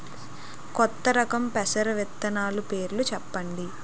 కొత్త రకం పెసర విత్తనాలు పేర్లు చెప్పండి?